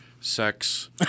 sex